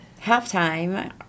halftime